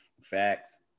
Facts